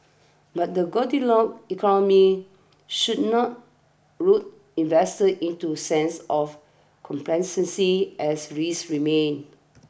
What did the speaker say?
but the Goldilocks economy should not lull investors into sense of complacency as risks remain